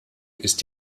ist